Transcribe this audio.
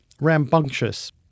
rambunctious